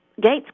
Gates